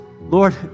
Lord